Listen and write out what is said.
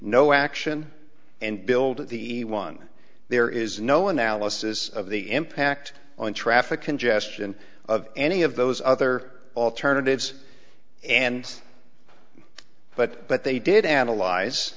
no action and build the one there is no analysis of the impact on traffic congestion of any of those other alternatives and but but they did analyze